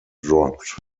dropped